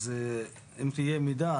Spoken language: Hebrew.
אז אם יהיה מידע,